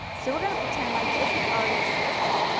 so we are going to pretend like this is already stitched.